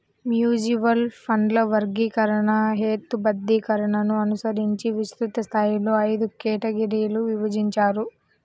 mutual ఫండ్ల వర్గీకరణ, హేతుబద్ధీకరణను అనుసరించి విస్తృత స్థాయిలో ఐదు కేటగిరీలుగా విభజించారు